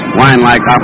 wine-like